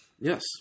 Yes